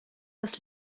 das